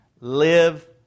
Live